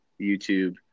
YouTube